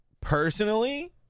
personally